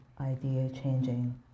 idea-changing